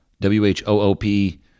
W-H-O-O-P